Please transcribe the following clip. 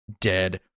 dead